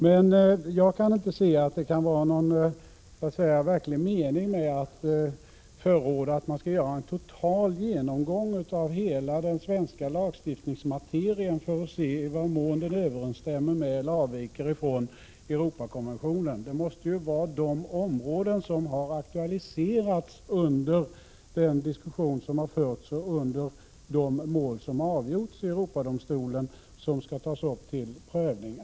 Men jag kan inte se att det kan vara någon verklig mening med att förorda en total genomgång av hela den svenska lagstiftningsmaterian för att se i vad mån den överensstämmer med eller avviker från Europakonventionen. Det måste ju vara de områden som har aktualiserats under den diskussion som förts och i de mål som avgjorts i Europadomstolen som skall tas upp till prövning.